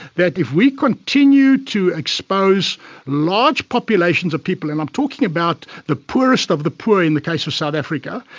that if we continue to expose large populations of people, and i'm talking about the poorest of the poor in the case of south africa,